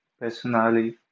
personally